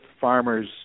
farmers